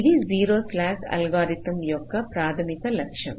ఇది zero slack algorithm యొక్క ప్రాథమిక లక్ష్యం